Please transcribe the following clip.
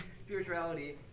spirituality